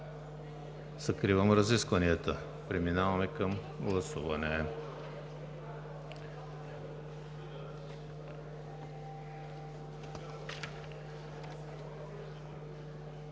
Закривам разискванията. Преминаваме към гласуване.